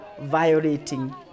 violating